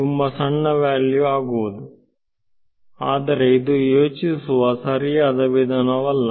ತುಂಬಾ ಸಣ್ಣ ವ್ಯಾಲ್ಯೂ ಆಗುವುದು ಆದರೆ ಇದು ಯೋಚಿಸುವ ಸರಿಯಾದ ವಿಧಾನ ವಲ್ಲ